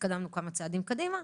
התקדמנו כמה צעדים קדימה.